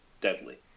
deadly